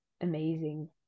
amazing